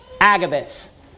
Agabus